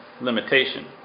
limitation